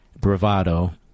bravado